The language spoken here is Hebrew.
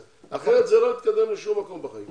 אחרת זה לא יתקדם לשום מקום בחקיקה.